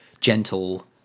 gentle